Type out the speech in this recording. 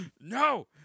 No